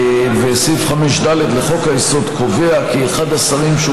סעיף 5(ד) לחוק-היסוד קובע כי " אחד השרים שהוא